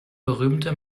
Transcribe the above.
berühmte